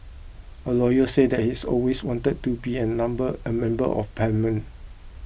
a lawyer says that he had always wanted to be a number a member of parliament